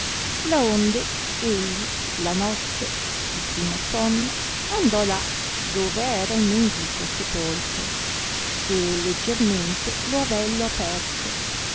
predicatori laonde egli la notte su'l primo sonno andò là dove era il mendico sepolto e leggiermente lo avello aperse